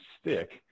stick